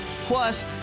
Plus